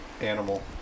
animal